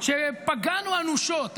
שפגענו אנושות.